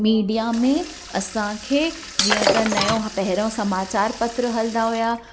media में असांखे जीअं त नयों पहिरों समाचार पत्र हलंदा हुआ